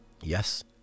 Yes